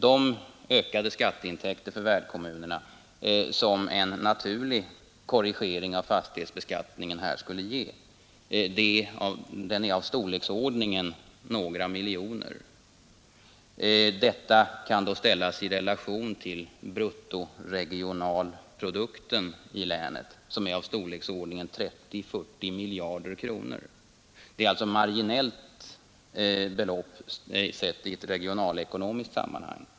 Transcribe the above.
De ökade skatteintäkter för värdkommunerna som en korrigering av fastighetsbeskattningen här skulle ge är av storleksordningen några miljoner. Detta belopp kan ställas i relation till bruttoregionalprodukten i länet, som är av storleksordningen 30-40 miljarder kronor. Det gäller alltså ett marginellt belopp, sett i regionalekonomiskt sammanhang.